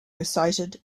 recited